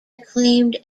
acclaimed